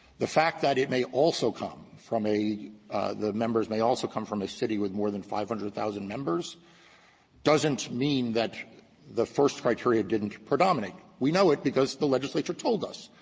the fact that it may also come from a the members may also come from a city with more than five hundred thousand members doesn't mean that the first criteria didn't predominate. we know it because the legislature told us,